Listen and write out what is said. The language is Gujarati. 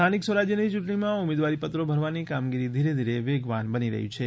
સ્થાનિક સ્વરાજ્યની યૂંટણીમાં ઉમેદવારીપત્રો ભરવાની કામગીરી ધીરે ધીરે વેગવાન બની રહી છે